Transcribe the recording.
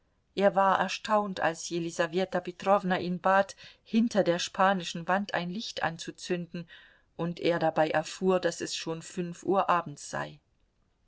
er war erstaunt als jelisaweta petrowna ihn bat hinter der spanischen wand ein licht anzuzünden und er dabei erfuhr daß es schon fünf uhr abends sei